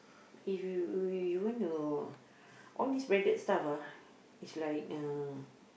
if you you want to all these branded stuff ah is like uh